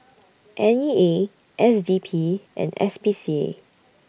N E A S D P and S P C A